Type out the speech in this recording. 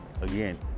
again